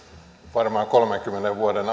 varmaan kolmenkymmenen vuoden